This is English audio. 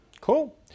Cool